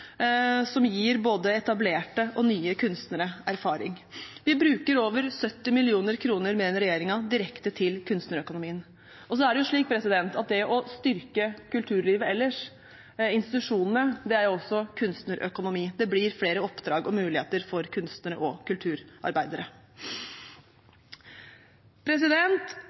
som gir både etablerte og nye kunstnere erfaring. Vi bruker over 70 mill. kr mer enn regjeringen direkte til kunstnerøkonomien. Og det er slik at det å styrke kulturlivet ellers, institusjonene, er også kunstnerøkonomi. Det blir flere oppdrag og muligheter for kunstnere og kulturarbeidere.